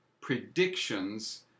predictions